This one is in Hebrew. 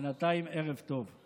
בינתיים, ערב טוב.